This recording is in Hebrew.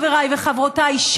חבריי וחברותיי.